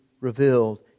revealed